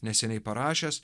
neseniai parašęs